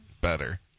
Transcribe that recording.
better